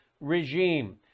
regime